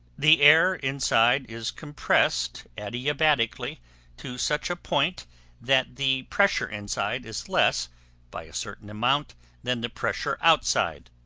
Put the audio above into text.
the air inside is compressed adiabatically to such a point that the pressure inside is less by a certain amount than the pressure outside,